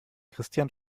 christian